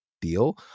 deal